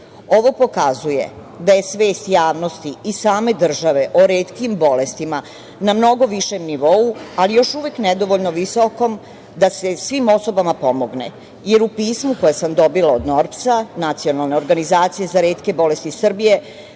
Ovo pokazuje da je svest javnosti i same države o retkim bolestima na mnogo višem nivou, ali još uvek nedovoljno visokom da se svim osobama pomogne.U pismu koje sam dobila od NORBS – Nacionalne organizacije za retke bolesti Srbije